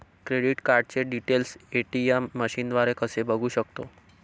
Credit कार्डचे details ATM मशीनद्वारे कसे बघू शकतो?